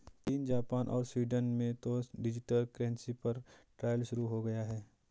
चीन, जापान और स्वीडन में तो डिजिटल करेंसी पर ट्रायल शुरू हो गया है